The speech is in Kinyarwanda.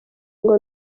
ngo